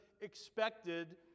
expected